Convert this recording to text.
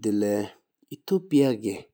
དེ་ལེ་ ཨི་ཐི་སི་ཕི་ཡ་